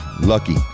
lucky